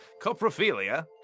coprophilia